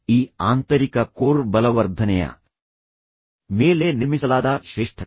ಈ ಆಂತರಿಕ ಕೋರ್ ಬಲವರ್ಧನೆಯ ಮೇಲೆ ನಿರ್ಮಿಸಲಾದ ಶ್ರೇಷ್ಠತೆ